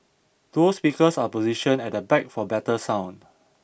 dual speakers are positioned at the back for better sound